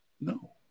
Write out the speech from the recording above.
no